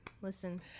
Listen